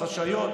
חשאיות,